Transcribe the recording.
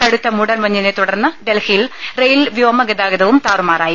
കടുത്ത മൂടൽ മഞ്ഞിനെ തുടർന്ന് ഡൽഹിയിൽ റെയിൽ വ്യോമ ഗതാഗതവും താറുമാറായി